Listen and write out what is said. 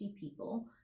people